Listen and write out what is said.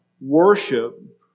worship